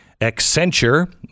Accenture